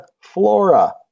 Flora